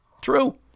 True